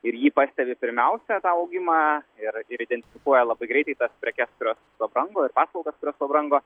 ir jį pastebi pirmiausia tą augimą ir identifikuoja labai greitai tas prekes kurios pabrango ir paslaugas kurios pabrango